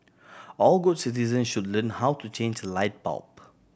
all good citizen should learn how to change light bulb